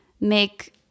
make